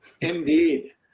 Indeed